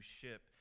ship